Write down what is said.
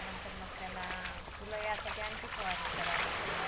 नंतर मग त्याला फुलं यासाठी आणखी फवारणी करावं लागते